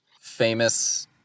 famous